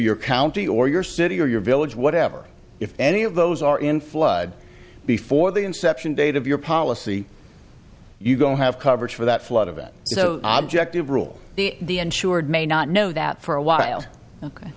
your county or your city or your village whatever if any of those are in flood before the inception date of your policy you don't have coverage for that flood event so object of rule the insured may not know that for a while